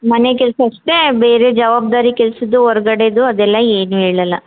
ಮನೆ ಕೆಲಸ ಅಷ್ಟೇ ಬೇರೆ ಜವಾಬ್ದಾರಿ ಕೆಲಸದ್ದು ಹೊರಗಡೆದು ಅದೆಲ್ಲ ಏನು ಹೇಳೋಲ್ಲ